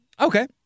Okay